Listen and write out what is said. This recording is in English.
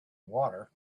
water